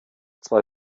zwei